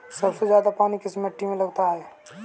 सबसे ज्यादा पानी किस मिट्टी में लगता है?